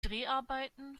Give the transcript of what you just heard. dreharbeiten